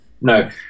no